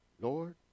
Lord